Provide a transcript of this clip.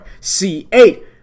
c8